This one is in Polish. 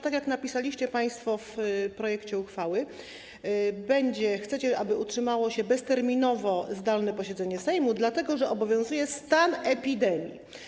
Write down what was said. Tak jak napisaliście państwo w projekcie uchwały, chcecie, aby utrzymało się bezterminowo zdalne posiedzenie Sejmu, dlatego że obowiązuje stan epidemii.